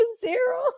zero